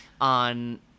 on